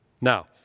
Now